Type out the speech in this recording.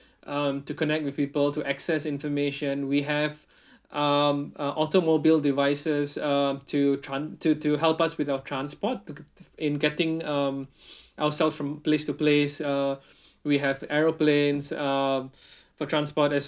um to connect with people to access information we have um uh automobile devices uh to tran~ to to help us with our transport to to in getting ourselves from place to place uh we have aeroplanes uh for transport as